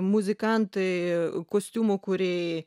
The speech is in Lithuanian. muzikantai kostiumų kūrėjai